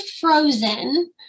frozen